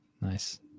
Nice